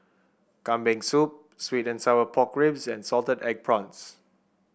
Kambing Soup sweet and Sour Pork Ribs and Salted Egg Prawns